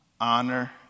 Honor